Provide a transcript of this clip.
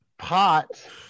Pot